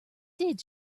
did